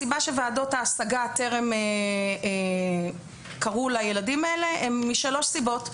הסיבה שוועדות ההשגה טרם קרו לילדים האלה זה משלוש סיבות.